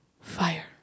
fire